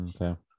Okay